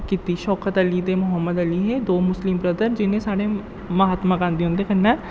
कीती शौकत अली ते मोहमद अली हे दो मुस्लिम ब्रदर जि'नें साढ़े म्हात्मा गाधी हुंदे कन्नै